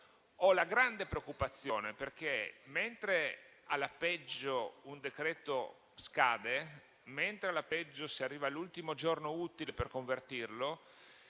Ho una grande preoccupazione. Mentre alla peggio un decreto scade e si arriva all'ultimo giorno utile per convertirlo,